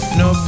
no